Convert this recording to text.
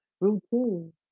routine